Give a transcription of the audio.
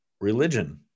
Religion